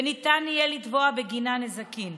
וניתן יהיה לתבוע בגינה נזקים.